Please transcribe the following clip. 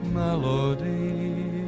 melody